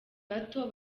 bato